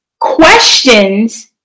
questions